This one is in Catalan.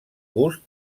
gust